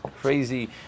crazy